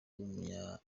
w’umunya